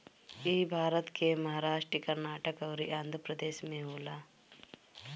इ भारत के महाराष्ट्र, कर्नाटक अउरी आँध्रप्रदेश में होला